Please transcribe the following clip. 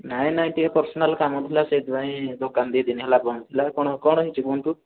ନାଇଁ ନାଇଁ ଟିକେ ପର୍ସନାଲ୍ କାମ ଥିଲା ସେଥିପାଇଁ ଦୋକାନ ଦୁଇ ଦିନ ହେଲା ବନ୍ଦ ଥିଲା କ'ଣ କ'ଣ ହେଇଛି କୁହନ୍ତୁ